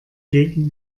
gegen